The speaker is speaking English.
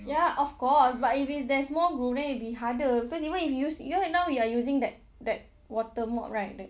ya of course but if is there's more groove then it will be harder because even if you use you know now we are using that that water mop right the